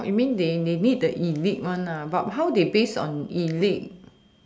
you mean they they need the elite one but how they based on elite